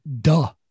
duh